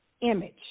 image